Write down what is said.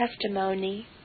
testimony